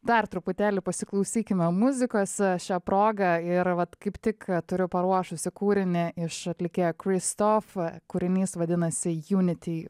dar truputėlį pasiklausykime muzikos šia proga ir vat kaip tik turiu paruošusi kūrinį iš atlikėjo kristof kūrinys vadinasi unity